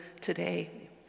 today